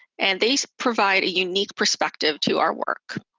and they provide a unique perspective to our work.